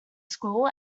school